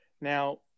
Now